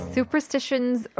Superstitions